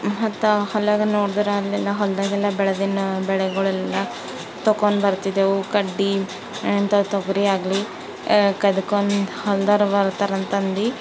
ಮತ್ತೆ ಹೊಲ ನೋಡ್ದರೆ ಅಲ್ಲೆಲ್ಲ ಹೊಲದಾಗೆಲ್ಲ ಬೆಳ್ದಿದ್ ಬೆಳೆಗಳೆಲ್ಲ ತೊಗೊಂಡು ಬರ್ತಿದ್ದೆವು ಕಡ್ಡಿ ಎಂಥ ತೊಗರಿ ಆಗಲಿ ಕದ್ಕೊಂಡು ಹೊಲ್ದೋರು ಬರ್ತಾರಂತಂದು